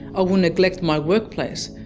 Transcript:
ah will neglect my workplace,